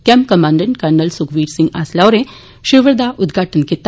camp commandant colonel Sukhvir Singh Asla होरें शिवर दा उदघाटन कीता